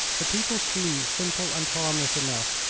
the people seem simple and harmless enough,